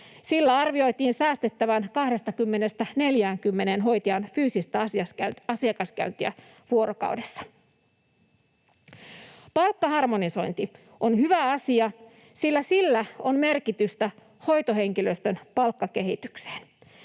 Sillä arvioitiin säästettävän 20:stä 40:een hoitajan fyysistä asiakaskäyntiä vuorokaudessa. Palkkaharmonisointi on hyvä asia, sillä sillä on merkitystä hoitohenkilöstön palkkakehitykseen.